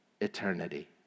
eternity